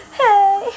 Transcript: hey